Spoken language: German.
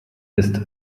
ist